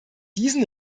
diesen